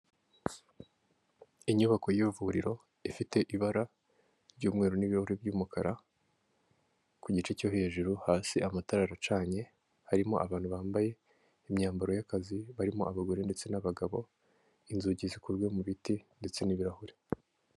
Inyubako y'ivuriro ifite ibara ry'umweru n'ibirahure by'umukara, ku gice cyo hejuru hasi amatara aracanye, harimo abantu bambaye imyambaro y'akazi barimo abagore ndetse n'abagabo, inzugi zikozwe mu biti ndetse n'ibirahure.